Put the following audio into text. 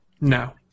No